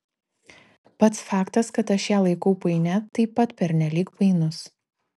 pats faktas kad aš ją laikau painia taip pat pernelyg painus